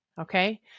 okay